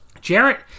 Jarrett